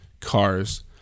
cars